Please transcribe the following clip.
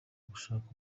gushaka